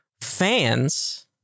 fans